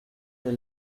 des